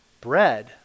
bread